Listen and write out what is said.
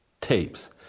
tapes